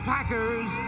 Packers